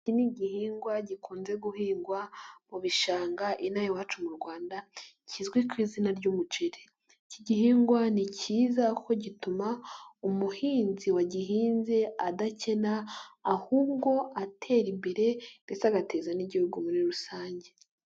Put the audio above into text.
Iki ni igihingwa gikunze guhingwa mu bishanga inaha iwacu mu Rwanda kizwi ku izina ry'umuceri, iki gihingwa ni cyiza kuko gituma umuhinzi wagihinze adakena ahubwo atera imbere ndetse agateza n'igihugu muri rusange.